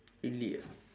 really ah